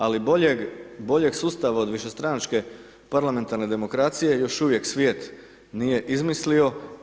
Ali boljeg sustava od višestranačke parlamentarne demokracije još uvijek svijet nije izmislio.